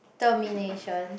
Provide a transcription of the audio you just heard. termination